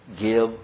give